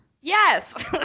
Yes